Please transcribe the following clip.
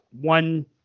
one